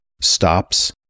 stops